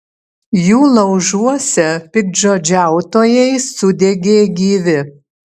jų laužuose piktžodžiautojai sudegė gyvi